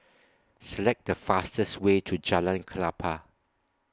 Select The fastest Way to Jalan Klapa